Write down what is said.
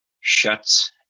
shuts